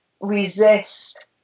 resist